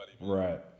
Right